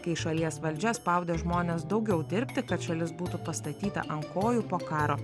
kai šalies valdžia spaudė žmones daugiau dirbti kad šalis būtų pastatyta ant kojų po karo